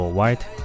White